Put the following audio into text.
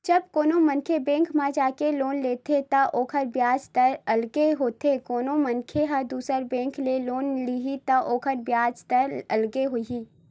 जब कोनो मनखे बेंक म जाके लोन लेथे त ओखर बियाज दर अलगे होथे कोनो बेंक ह दुसर बेंक ले लोन लिही त ओखर बियाज दर अलगे होही